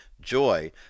Joy